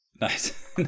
nice